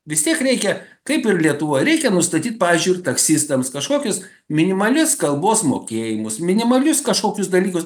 vis tiek reikia kaip ir lietuvoj reikia nustatyt pavyzdžiui ir taksistams kažkokius minimalius kalbos mokėjimus minimalius kažkokius dalykus